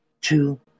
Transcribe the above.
two